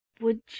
Would